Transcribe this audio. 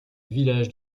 village